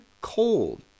cold